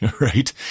right